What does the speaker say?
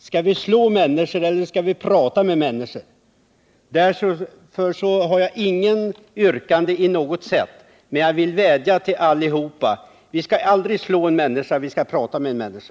Skall vi slå våra medmänniskor eller skall vi prata med dem? Jag har inget yrkande, men jag vädjar till alla här i kammaren att stå fast vid att vi aldrig slår någon, utan att vi pratar med varandra.